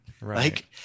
Right